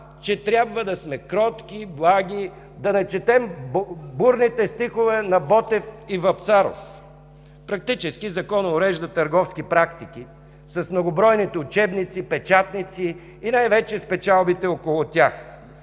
че трябва да сме кротки, благи, да не четем бурните стихове на Ботев и Вапцаров. Практически Законът урежда търговски практики с многобройните учебници, печатници, и най-вече с печалбите около тях.